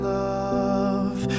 love